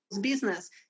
Business